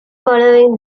following